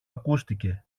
ακούστηκε